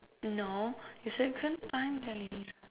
no your second time